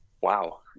wow